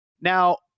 Now